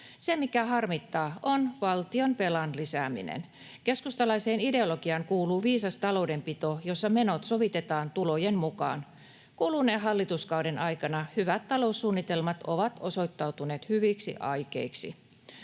Se, mikä harmittaa, on valtionvelan lisääminen. Keskustalaiseen ideologiaan kuuluu viisas taloudenpito, jossa menot sovitetaan tulojen mukaan. Kuluneen hallituskauden aikana hyvät taloussuunnitelmat ovat osoittautuneet hyviksi aikeiksi.